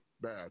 bad